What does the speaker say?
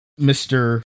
Mr